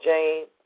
Jane